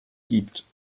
gibt